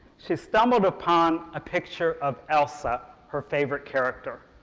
she stumbled upon a picture of elsa, her favorite character.